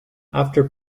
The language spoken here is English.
after